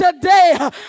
today